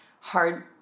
hard